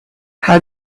how